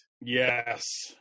Yes